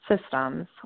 systems